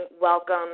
welcome